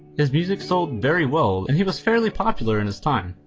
his music sold very well, and he was fairly popular in his time,